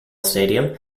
stadium